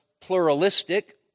pluralistic